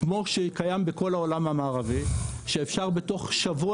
כמו שקיים בכל העולם המערבי שאפשר בתוך שבוע,